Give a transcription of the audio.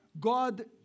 God